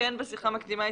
בשיחה המקדימה,